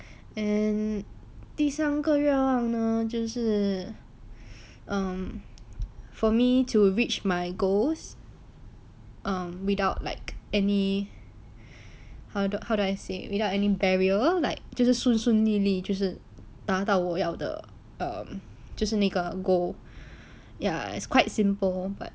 and 第三个愿望呢就是 um for me to reach my goals um without like any how do I say without any barrier like 就是顺顺利利就是达到我要的 um 就是那个 goal ya it's quite simple but